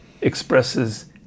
expresses